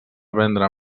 vendre